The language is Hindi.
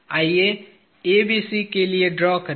आइए ABC के लिए ड्रा करें